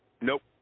Nope